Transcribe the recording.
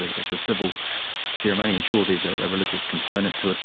it's a civil ceremony and sure, there's a religious component to it.